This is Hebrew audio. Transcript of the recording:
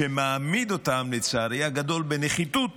שמעמיד אותם לצערי הגדול בנחיתות